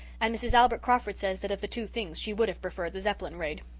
and mrs. albert crawford says that of the two things she would have preferred the zeppelin raid.